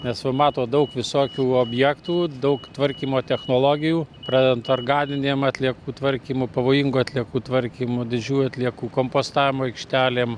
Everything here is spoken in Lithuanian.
nes va matot daug visokių objektų daug tvarkymo technologijų pradedant organinėm atliekų tvarkymu pavojingų atliekų tvarkymu didžiųjų atliekų kompostavimo aikštelėm